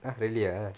!huh! really ah